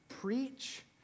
preach